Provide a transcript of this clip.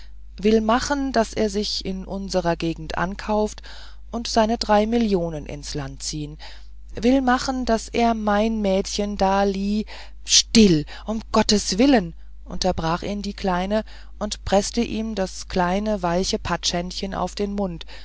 will machen daß er sich in unserer gegend ankauft und seine drei millionen ins land zieht will machen daß er mein mädchen da lie still um gottes willen unterbrach ihn die kleine und prußte ihm das kleine weiche patschhändchen auf den mund